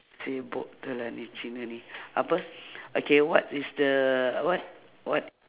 sibuk betul lah ni cina ni apa okay what is the what what